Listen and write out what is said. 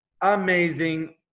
amazing